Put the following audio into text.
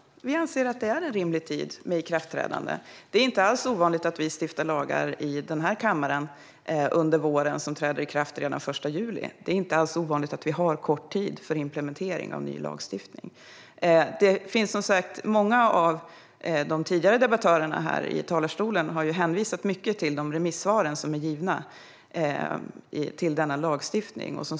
Fru talman! Ja, vi anser att det är rimlig tid för ikraftträdandet. Det är inte alls ovanligt att vi under våren stiftar lagar i kammaren som träder i kraft redan den 1 juli. Det är inte alls ovanligt att man har kort tid för implementering av ny lagstiftning. Många av de tidigare debattörerna i talarstolen har ju hänvisat till remissvaren till detta lagförslag.